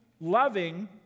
loving